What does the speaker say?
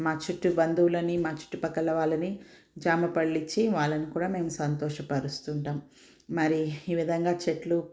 మా చుట్టూ బంధువులని మా చుట్టుపక్కల వాళ్ళని జామ పళ్ళిచ్చి వాళ్ళని కూడా మేము సంతోషపరుస్తుంటాం మరి ఈ విధంగా చెట్లు